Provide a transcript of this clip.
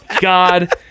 God